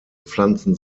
pflanzen